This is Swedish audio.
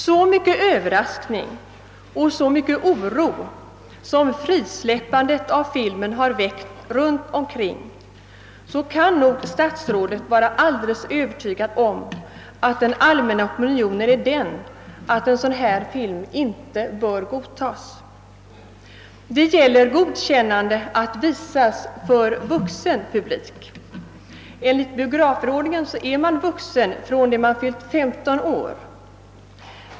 Så mycket överraskning och så mycken oro som frisläppandet av filmen väckt runt omkring, kan nog statsrådet vara alldeles övertygad om att den allmänna opinionen är den, att en film som denna inte bör godtagas. Det gäller godkännande att visas för vuxen publik. Enligt biografförordningen är man vuxen från det man fyllt 15 år.